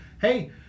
hey